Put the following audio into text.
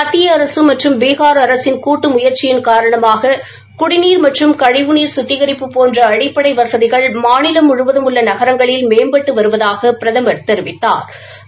மத்திய அரசு மற்றும் பீகார் அரசின் கூட்டு முயற்சியின் காரணமாக குடிநீர் மற்றும் கழிவுநீர் கத்திகரிப்பு போன்ற அடிப்படை வசதிகள் மாநிலம் முழுவதும் உள்ள நகரங்களில் மேம்பட்டு வருவதாக பிரதம் தெரிவித்தாா்